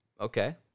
Okay